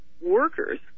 Workers